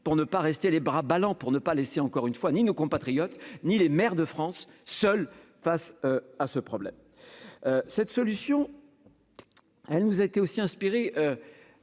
pour ne pas rester les bras ballants, pour ne pas laisser encore une fois, ni nos compatriotes ni les maires de France, seul face à ce problème, cette solution, elle nous a été aussi inspiré